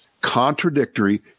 contradictory